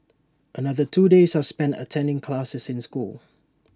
another two days are spent attending classes in school